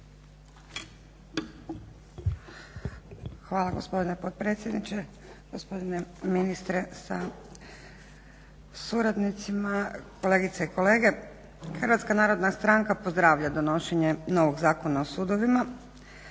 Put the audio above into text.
Hvala gospodine potpredsjedniče, gospodine ministre sa suradnicima, kolegice i kolege. Hrvatska narodna stranka pozdravlja donošenje novog Zakona o sudovima,